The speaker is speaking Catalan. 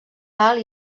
alt